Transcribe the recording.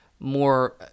more